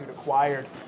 acquired